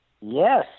Yes